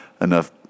enough